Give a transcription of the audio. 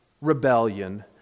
Rebellion